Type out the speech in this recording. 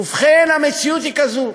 ובכן, המציאות היא כזאת: